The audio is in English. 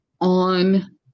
on –